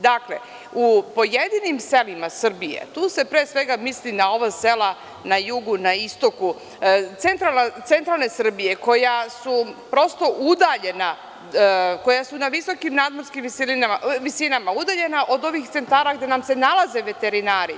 Dakle, u pojedinim selima Srbije, tu se pre svega misli na sela na jugu, na istoku, centralne Srbije koja su prosto udaljena, koja su na visokim nadmorskim visinama, udaljena od ovih centara gde nam se nalaze veterinari.